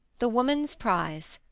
the womans prize,